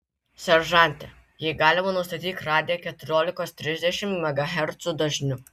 seržante jei galima nustatyk radiją keturiolikos trisdešimt megahercų dažniu